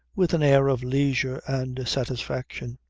with an air of leisure and satisfaction.